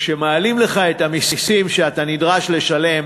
כשמעלים לך את המסים שאתה נדרש לשלם,